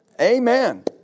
Amen